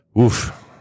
oof